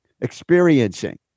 experiencing